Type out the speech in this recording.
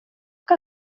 kan